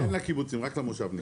אין לקיבוצים, רק למושבניקים.